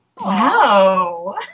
Wow